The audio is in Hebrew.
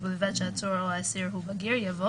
ובלבד שהעצור או האסיר הוא בגיר" יבוא